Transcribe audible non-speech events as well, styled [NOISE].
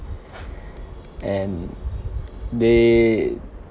[BREATH] and they